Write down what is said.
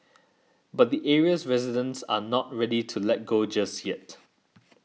but the area's residents are not ready to let go just yet